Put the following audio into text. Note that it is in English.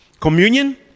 Communion